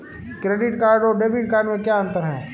Credit card और debit card में क्या अंतर है?